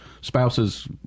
spouses